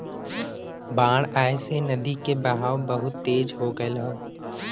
बाढ़ आये से नदी के बहाव बहुते तेज हो गयल हौ